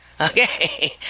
Okay